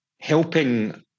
helping